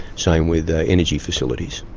same with energy facilities.